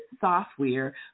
software